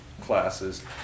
classes